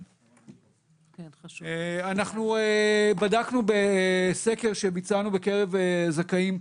אנחנו בדקנו בסקר שביצענו בקרב זכאים,